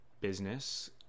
business